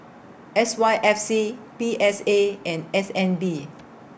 S Y F C P S A and S N B